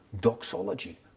doxology